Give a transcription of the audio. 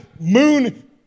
moon